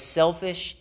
selfish